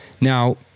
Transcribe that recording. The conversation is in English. Now